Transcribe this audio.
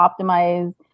optimize